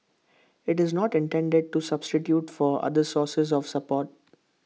IT is not intended to substitute for other sources of support